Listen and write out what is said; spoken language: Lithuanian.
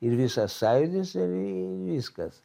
ir visas sąjūdis ir viskas